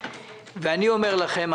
אני אומר לכם,